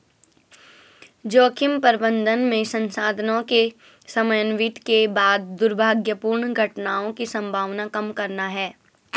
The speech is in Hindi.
जोखिम प्रबंधन में संसाधनों के समन्वित के बाद दुर्भाग्यपूर्ण घटनाओं की संभावना कम करना है